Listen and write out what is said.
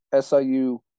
SIU